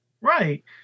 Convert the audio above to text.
Right